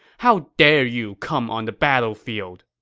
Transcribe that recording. how dare you come on the battlefield?